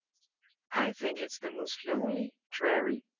i think it's the most lonely, dreary,